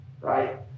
right